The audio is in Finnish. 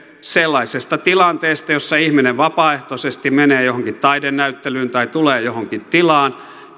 sellaisesta tilanteesta jossa ihminen vapaaehtoisesti menee johonkin taidenäyttelyyn tai tulee johonkin tilaan